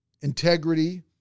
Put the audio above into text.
integrity